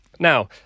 Now